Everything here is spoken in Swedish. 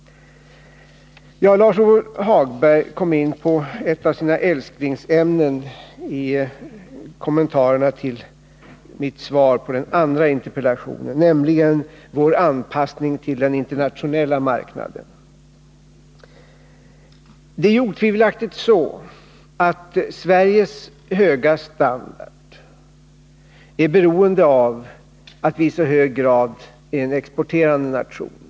Lars-Ove Hagberg kom in på ett av sina älsklingsämnen i kommentaren till mitt svar på den andra interpellationen, nämligen vår anpassning till den internationella marknaden. Det är otvivelaktigt så att Sveriges höga standard är beroende av att vi i så hög grad är en exporterande nation.